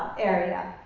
area.